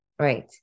Right